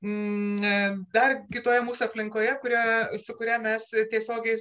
n dar kitoje mūsų aplinkoje kurioje su kuria mes tiesiogiai